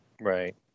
Right